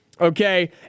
Okay